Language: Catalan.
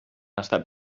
estat